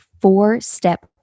four-step